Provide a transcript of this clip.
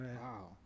Wow